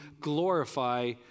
glorify